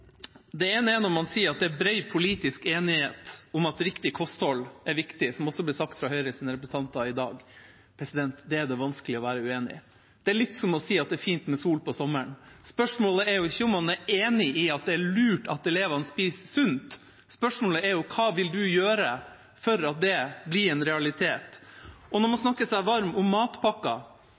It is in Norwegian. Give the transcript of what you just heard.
Det ene er når man sier at det er bred politisk enighet om at riktig kosthold er viktig, som også ble sagt fra Høyres representanter i dag. Det er det vanskelig å være uenig i. Det er litt som å si at det er fint med sol om sommeren. Spørsmålet er jo ikke om man er enig i at det er lurt at elevene spiser sunt. Spørsmålet er hva man vil gjøre for at det blir en realitet. Når man snakker seg varm om matpakka, er det en matpakke